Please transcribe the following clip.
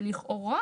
ולכאורה,